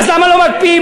אז למה לא מקפיאים?